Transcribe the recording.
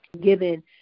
given